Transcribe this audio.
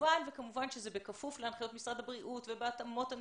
כמובן שזה בכפוף להנחיות משרד הבריאות ובהתאמות הנדרשות,